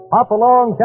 Hopalong